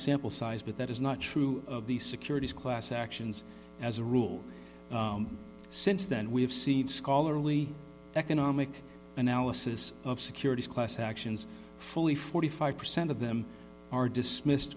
sample size but that is not true of the securities class actions as a rule since then we have seen scholarly economic analysis of securities class actions fully forty five percent of them are dismissed